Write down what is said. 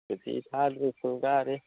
ꯁꯨꯇꯤ ꯊꯥꯗ꯭ꯔꯤ ꯁ꯭ꯀꯨꯜ ꯀꯥꯔꯤ